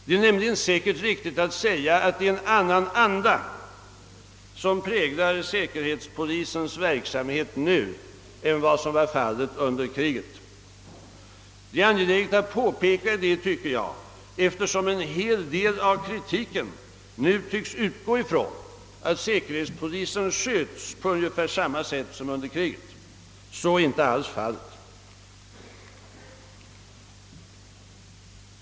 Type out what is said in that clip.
Det är nämligen säkert riktigt att säga att det är en annan anda som präglar säkerhetspolisens verksamhet nu än under kriget. Det är angeläget att påpeka detta, tycker jag, eftersom en hel del av kritiken nu tycks utgå från att säkerhetspolisen sköts på ungefär samma sätt som under kriget. Så är inte alls fallet.